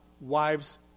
wives